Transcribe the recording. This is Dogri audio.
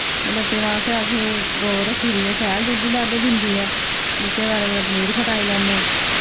ते बच्चें आस्तै अस गौ रक्खी दी ऐ शैल दुध्द दद्ध न्दी ऐ बिच्चें पारै कुतै पनीर फटाई लैने